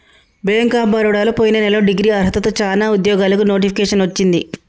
bank of బరోడలో పొయిన నెలలో డిగ్రీ అర్హతతో చానా ఉద్యోగాలకు నోటిఫికేషన్ వచ్చింది